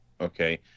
Okay